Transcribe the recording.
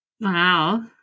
wow